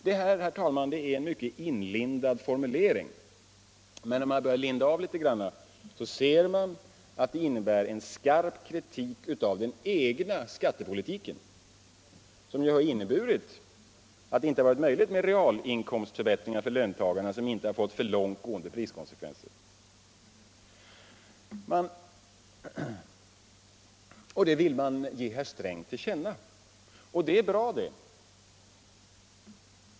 Detta är en mycket inlindad formulering, men börjar man linda av den ser man att den utgör en skarp kritik av den egna skattepolitiken, som ju har inneburit att det inte har varit möjligt med realinkomstförbättringar för löntagarna som inte fått för långt gående priskonsekvenser. Detta vill man alltså ge herr Sträng till känna. Och det är ju bra.